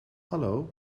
hallo